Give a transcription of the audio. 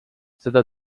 seda